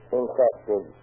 interested